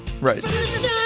Right